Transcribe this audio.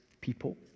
people